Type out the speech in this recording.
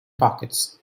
pockets